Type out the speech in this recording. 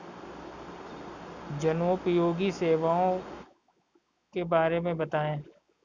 जनोपयोगी सेवाओं के बारे में बताएँ?